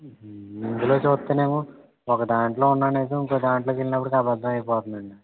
ఇందులో చూత్తేనేమో ఒకదాంట్లో ఉన్న నిజం ఇంకో దాంట్లో కెళ్ళినప్పిడికి అబద్దం అయిపోతందండి